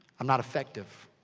i'm not effective.